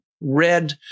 red